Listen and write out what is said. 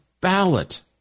ballot